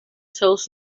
tells